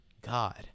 god